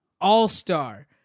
all-star